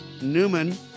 Newman